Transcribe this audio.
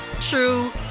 true